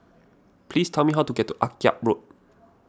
please tell me how to get to Akyab Road